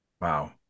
Wow